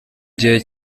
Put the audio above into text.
gihe